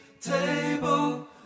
table